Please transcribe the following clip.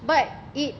but it